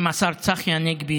עם השר צחי הנגבי,